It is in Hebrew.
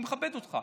אני מכבד אותך,